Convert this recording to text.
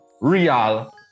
Real